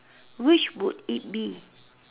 which would it be